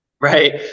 Right